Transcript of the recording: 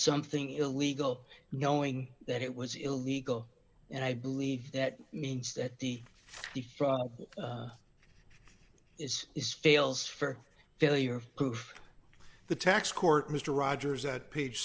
something illegal knowing that it was illegal and i believe that means that the thief is is fails for failure proof the tax court mr rogers at page